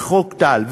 וחוק טל,